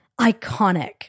iconic